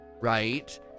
right